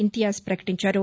ఇంతియాజ్ పకటించారు